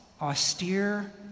austere